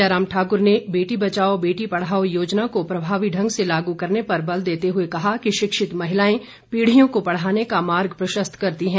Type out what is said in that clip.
जयराम ठाकुर ने बेटी बचाओ बेटी पढ़ाओ योजना को प्रभावी ढंग से लागू करने पर बल देते हुए कहा शिक्षित महिलाएं पीढ़ियों को पढ़ाने का मार्ग प्रशस्त करती हैं